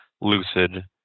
lucid